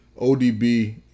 ODB